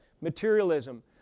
Materialism